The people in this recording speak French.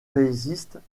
résistent